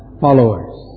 followers